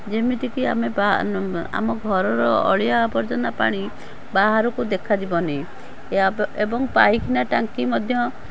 ଯେମିତିକି ଆମେ ବା ଆମ ଘରର ଅଳିଆ ଆବର୍ଜନା ପାଣି ବାହାରକୁ ଦେଖାଯିବନି ଏହା ଏବଂ ପାଇଖାନା ଟାଙ୍କି ମଧ୍ୟ